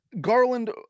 Garland